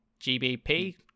GBP